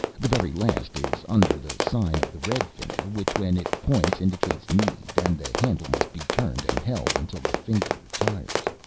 the very last is under the sign of the red finger, which when it points indicates need, and the handle must be turned and held until the finger retires.